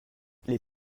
les